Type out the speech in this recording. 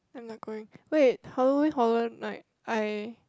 oh-my-god wait Halloween horror night I